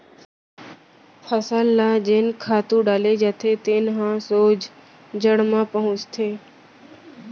फसल ल जेन खातू डाले जाथे तेन ह सोझ जड़ म पहुंचथे